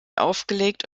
aufgelegt